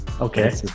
okay